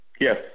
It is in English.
Yes